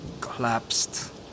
collapsed